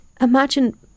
imagine